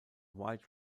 wide